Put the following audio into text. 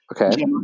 Okay